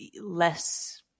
less